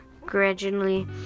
gradually